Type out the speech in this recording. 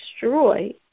destroy